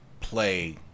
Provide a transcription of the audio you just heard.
play